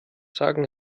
sagen